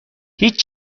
هیچ